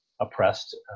oppressed